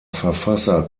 verfasser